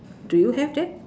do you have that